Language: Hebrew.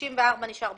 סעיף 94 נשאר בחוץ.